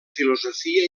filosofia